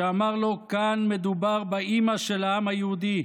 שאמר לו: כאן מדובר באימא של העם היהודי,